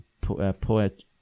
poet